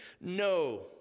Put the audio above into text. No